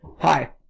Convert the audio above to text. Hi